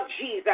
Jesus